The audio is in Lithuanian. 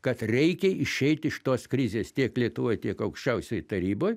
kad reikia išeit iš tos krizės tiek lietuvoj tiek aukščiausiojoj taryboj